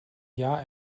jahr